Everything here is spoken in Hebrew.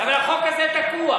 אבל החוק הזה תקוע.